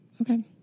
Okay